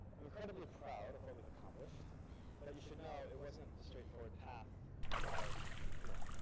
i'm incredibly proud of what we've accomplished but you should know it wasn't a straight forward path from college to here.